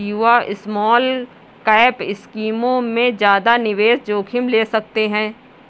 युवा स्मॉलकैप स्कीमों में ज्यादा निवेश जोखिम ले सकते हैं